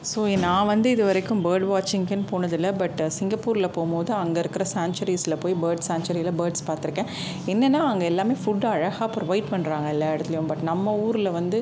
so நான் வந்து இது வரைக்கும் பேர்ட் வாட்ச்சிங்க்கின்னு போனதில்லை பட்டு சிங்கப்பூரில் போகும்போது அங்கே இருக்கிற சேன்ச்சரீஸில் போய் பேர்ட் சேன்ச்சரீயில பேர்ட்ஸ் பார்த்துருக்கேன் என்னென்னா அங்கே எல்லாமே ஃபுட்டை அழகாக ப்ரொவைட் பண்ணுறாங்க எல்லா இடத்துலயும் பட் நம்ம ஊரில் வந்து